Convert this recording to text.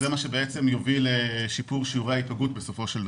זה מה שבסופו של דבר יוביל לשיפור שיעורי ההיפגעות.